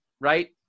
right –